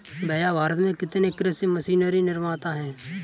भैया भारत में कितने कृषि मशीनरी निर्माता है?